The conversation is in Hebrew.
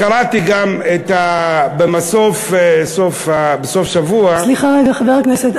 קראתי גם במוסף "סופשבוע" סליחה רגע, חבר הכנסת.